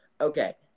Okay